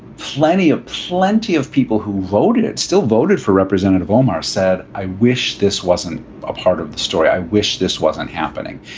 plenty of plenty of people who voted it still voted for representative omar said, i wish this wasn't a part of the story. i wish this wasn't happening.